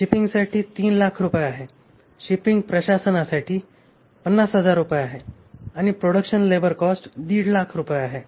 शिपिंगसाठी 300000 रुपये आहे शिपिंग प्रशासनासाठी 50000 रुपये आहे आणि प्रोडक्शन लेबर कॉस्ट 150000 रुपये आहे